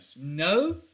no